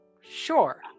sure